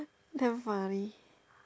damn funny